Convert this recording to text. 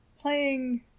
playing